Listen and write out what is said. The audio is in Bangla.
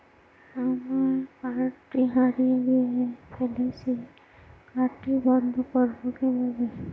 আমার কার্ডটি হারিয়ে ফেলেছি কার্ডটি বন্ধ করব কিভাবে?